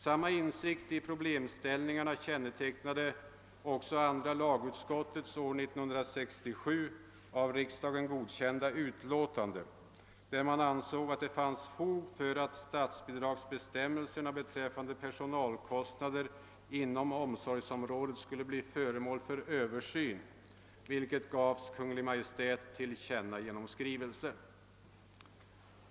Samma insikt i problemen kännetecknade också andra lagutskottets år 1967 av riksdagen godkända utlåtande, vari framhölls att det fanns fog för en översyn av statsbidragsbestämmelserna beträffande personalkostnader inom omsorgsområdet, vilket gavs Kungl. Maj:t till känna genom skrivelse.